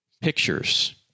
pictures